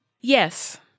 Yes